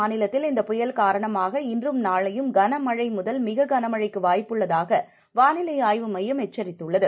மரிலத்தில் இந்த புயல் காரணமாக நாளையும் குஜராத் இன்றம் கனமழைமுதல் மிககனமழைக்குவாய்ப்புள்ளதாகவாளிலைஆய்வு மையம் எச்சரித்துள்ளது